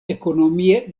ekonomie